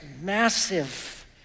massive